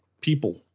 people